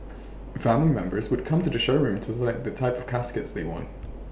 family members would come to the showroom to select the type of caskets they want